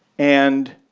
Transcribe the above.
and